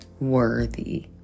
worthy